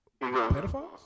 Pedophiles